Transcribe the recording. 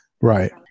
Right